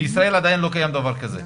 בישראל עדיין לא קיים דבר כזה.